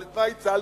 אבל את מה הצלת?